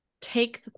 take